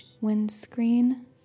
windscreen